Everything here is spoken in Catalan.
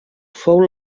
fou